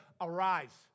arise